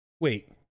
wait